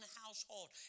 household